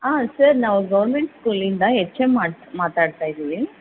ಹಾಂ ಸರ್ ನಾವು ಗೌರ್ಮೆಂಟ್ ಸ್ಕೂಲಿಂದ ಎಚ್ ಎಮ್ ಮಾಡ್ ಮಾತಾಡ್ತಾ ಇದ್ದೀವಿ